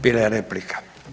Bila je replika.